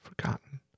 forgotten